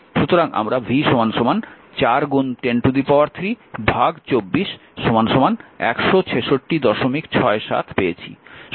সুতরাং আমরা v 4103 24 16667 পেয়েছি